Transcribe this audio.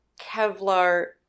Kevlar